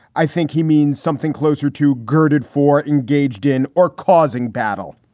i think he means something closer to girded for, engaged in or causing battle.